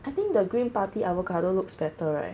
I think the green party avocado looks better right